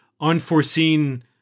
unforeseen